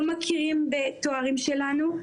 לא מכירים בתארים שלנו,